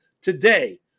today